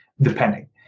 depending